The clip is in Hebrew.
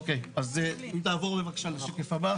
אוקי, אז אם תעבור בבקשה לשקף הבא.